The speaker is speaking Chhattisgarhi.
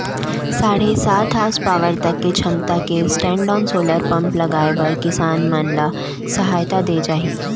साढ़े सात हासपावर तक के छमता के स्टैंडओन सोलर पंप लगाए बर किसान मन ल सहायता दे जाही